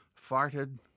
farted